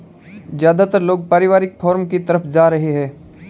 ज्यादातर लोग पारिवारिक फॉर्म की तरफ जा रहै है